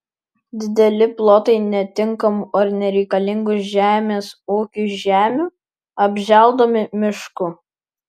dideli plotai netinkamų ar nereikalingų žemės ūkiui žemių apželdomi mišku